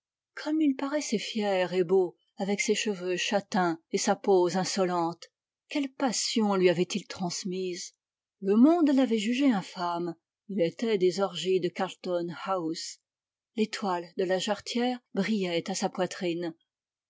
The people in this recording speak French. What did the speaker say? gomme il paraissait fier et beau avec ses cheveux châtains et sa pose insolente quelles passions lui avait-il transmises le monde l'avait jugé infâme il était des orgies de garlton house l'étoile de la jarretière brillait à sa poitrine